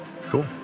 Cool